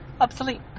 obsolete